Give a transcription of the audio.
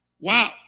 wow